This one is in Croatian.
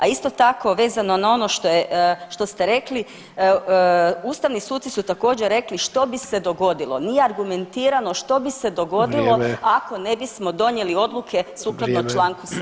A isto tako vezano na ono što ste rekli ustavni suci su također rekli što bi se dogodilo, nije argumentirano što bi se dogodilo [[Upadica Sanader: Vrijeme.]] ako ne bismo donijeli odluke sukladno članku 17.